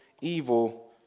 evil